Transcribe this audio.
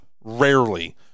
rarely